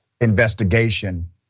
investigation